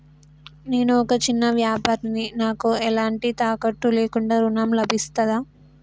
నేను ఒక చిన్న వ్యాపారిని నాకు ఎలాంటి తాకట్టు లేకుండా ఋణం లభిస్తదా?